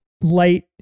light